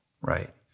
Right